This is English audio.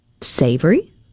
savory